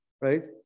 right